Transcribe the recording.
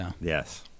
Yes